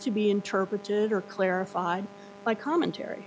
to be interpreted or clarified by commentary